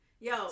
Yo